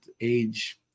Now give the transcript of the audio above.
age